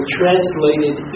translated